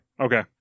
Okay